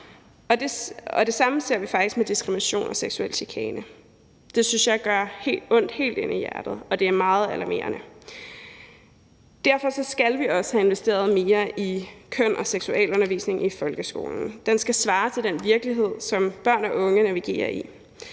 det samme ser vi faktisk med diskrimination og seksuel chikane. Det synes jeg gør ondt helt ind i hjertet, og det er meget alarmerende. Derfor skal vi også have investeret mere i køns- og seksualundervisning i folkeskolen. Den skal svare til den virkelighed, som børn og unge navigerer i.